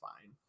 fine